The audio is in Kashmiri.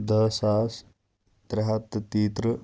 دَہ ساس ترٛےٚ ہَتھ تہٕ تیٚیہِ تٕرٛہ